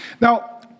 Now